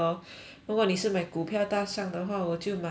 如果你是买股票大赏的话我就买